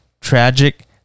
tragic